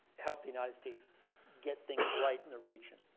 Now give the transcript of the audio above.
helped the united states get things right in the region.